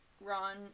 Ron